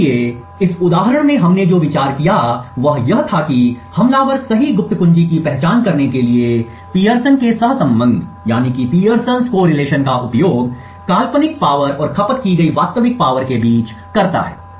इसलिए इस उदाहरण में हमने जो विचार किया वह यह था कि हमलावर सही गुप्त कुंजी की पहचान करने के लिए पीयरसन के सहसंबंध Pearson's correlation का उपयोग काल्पनिक शक्ति और खपत की गई वास्तविक शक्ति के बीच करता है